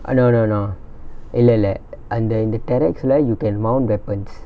ah no no no இல்ல இல்ல அந்த இந்த:illa illa antha intha terrex leh you can mount weapons